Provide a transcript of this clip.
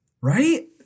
Right